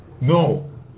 No